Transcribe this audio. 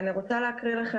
אני רוצה להקריא לכם